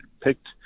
picked